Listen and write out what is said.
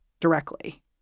directly